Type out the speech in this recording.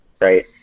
right